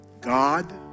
God